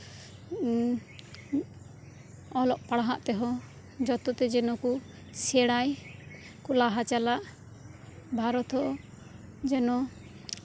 ᱚᱞᱚᱜ ᱯᱟᱲᱦᱟᱜ ᱛᱮᱦᱚ ᱡᱚᱛᱚᱛᱮ ᱡᱮᱱᱚ ᱠᱩ ᱥᱮᱢᱟᱭ ᱠᱩ ᱞᱟᱦᱟᱪᱟᱞᱟᱜ ᱵᱷᱟᱨᱚᱛ ᱦᱚ ᱡᱮᱱᱚ